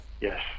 yes